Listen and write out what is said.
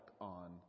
on